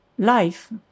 life